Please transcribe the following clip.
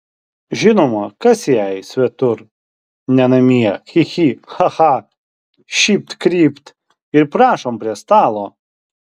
žinoma kas jai svetur ne namie chi chi cha cha šypt krypt ir prašom prie stalo